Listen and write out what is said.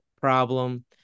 problem